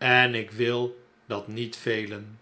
en ik wil dat niet velen